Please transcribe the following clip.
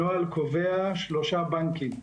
הנוהל קובע שלושה בנקים.